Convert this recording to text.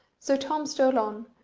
so tom stole on,